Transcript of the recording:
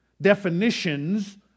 definitions